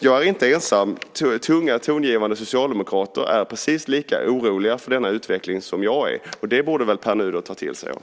Jag är inte ensam, utan tunga tongivande socialdemokrater är precis lika oroliga för denna utveckling som jag är. Det borde väl Pär Nuder ta till sig av.